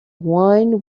wine